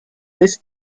this